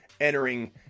entering